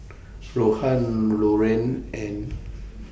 Rohan Loren and